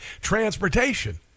transportation